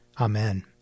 Amen